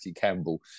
Campbell